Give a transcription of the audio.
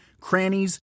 crannies